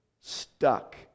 stuck